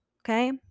Okay